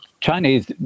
Chinese